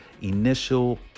initial